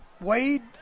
Wade